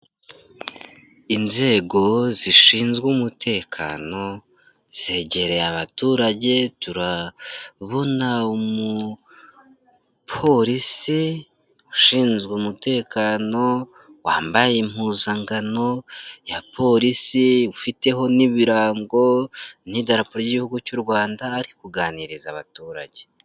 Inzego zishinzwe umutekano zegereye abaturage, turabona umupolisi ushinzwe umutekano wambaye impuzangano ya polisi ufiteho n'ibirango n'idarapo ry'Igihugu cy'u Rwanda ari kuganiriza abaturage.